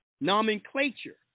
nomenclature